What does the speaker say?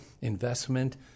investment